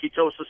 ketosis